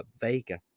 Vega